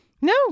No